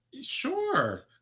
Sure